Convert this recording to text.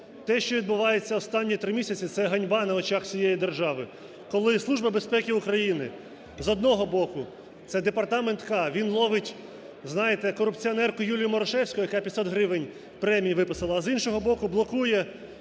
Те, що відбувається останні три місяці, це ганьба на очах всієї держави, коли Служба безпеки України, з одного боку, це департамент "К", він ловить, знаєте, корупціонерку Юлію Марушевську, яка 500 гривень премію виписала, а з іншого боку, блокує